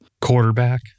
Quarterback